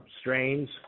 strains